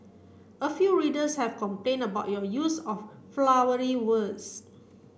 a few readers have complained about your use of 'flowery' words